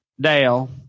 dale